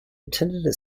attended